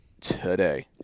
today